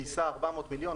גייסה 400 מיליון,